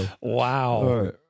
Wow